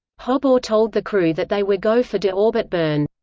hobaugh told the crew that they were go for de-orbit burn.